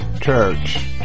church